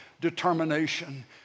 determination